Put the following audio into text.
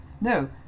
no